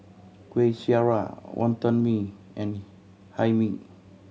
Kuih Syara Wonton Mee and Hae Mee